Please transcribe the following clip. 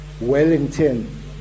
Wellington